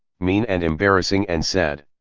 mean and embarrassing and sad.